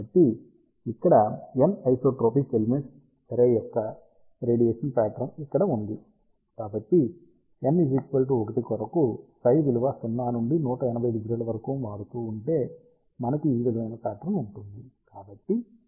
కాబట్టి ఇక్కడ n isotropic elements array యొక్క రేడియేషన్ ప్యా ట్రన్ ఇక్కడ ఉంది కాబట్టి n 1 కొరకు ψ విలువ 0 నుండి 1800 మారుతూ ఉంటే మనకి ఈ విధమైన ప్యాట్రన్ ఉంటుంది